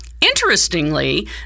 Interestingly